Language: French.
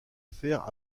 faire